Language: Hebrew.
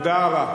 תודה רבה,